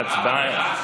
הצבעה.